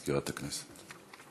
מזכירת הכנסת.